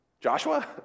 Joshua